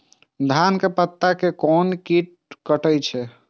धान के पत्ता के कोन कीट कटे छे?